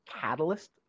catalyst